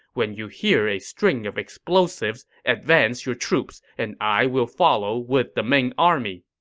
when you hear a string of explosives, advance your troops, and i will follow with the main army.